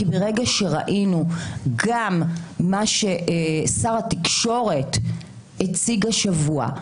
כי ברגע שראינו גם מה ששר התקשורת הציג השבוע,